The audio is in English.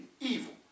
evil